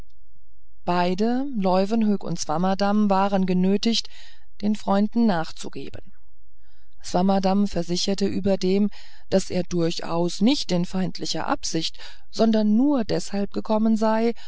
beide leuwenhoek und swammerdamm waren genötigt den freunden nachzugeben swammerdamm versicherte überdem daß er durchaus nicht in feindlicher absicht sondern nur deshalb gekommen sei